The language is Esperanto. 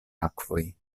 akvoj